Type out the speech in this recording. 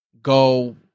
go